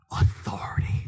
authority